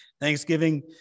Thanksgiving